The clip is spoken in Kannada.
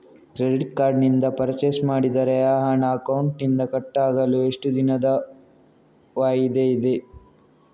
ಕ್ರೆಡಿಟ್ ಕಾರ್ಡ್ ನಿಂದ ಪರ್ಚೈಸ್ ಮಾಡಿದರೆ ಆ ಹಣ ಅಕೌಂಟಿನಿಂದ ಕಟ್ ಆಗಲು ಎಷ್ಟು ದಿನದ ವಾಯಿದೆ ಇದೆ?